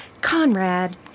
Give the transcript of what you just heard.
Conrad